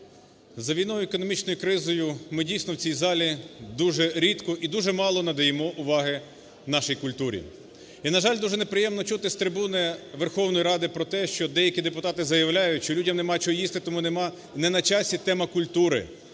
За війною, економічною кризою ми дійсно в цій залі дуже рідко і дуже мало надаємо уваги нашій культурі. І, на жаль, дуже неприємно чути з трибуни Верховної Ради про те, що деякі депутати заявляють, що людям нема чого їсти, тому не на часі тема культури,